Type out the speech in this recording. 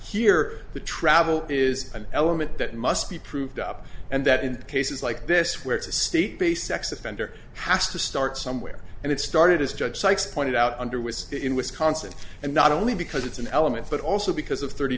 here the travel is an element that must be proved up and that in cases like this where it's a state based sex offender has to start somewhere and it started as judge sykes pointed out under was in wisconsin and not only because it's an element but also because of thirty